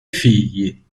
figli